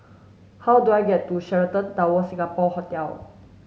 how do I get to Sheraton Towers Singapore Hotel